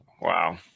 wow